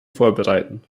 vorbereiten